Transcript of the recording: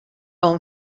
own